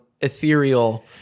ethereal